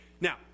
Now